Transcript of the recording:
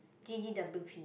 G_G_W_P